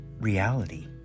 reality